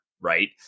right